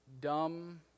dumb